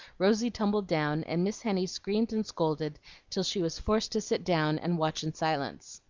rosy tumbled down, and miss henny screamed and scolded till she was forced to sit down and watch in silence.